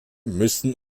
müssen